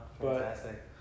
Fantastic